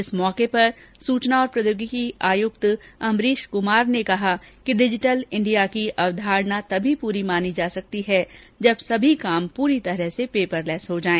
इस अवसर पर सूचना और प्रौद्योगिकी आयुक्त अंबरीश क्मार ने कहा कि डिजीटल इंडिया की अवधारणा तभी पूरी मानी जा सकती है जब सभी काम पूरी तरह से पेपरलैस हो जाए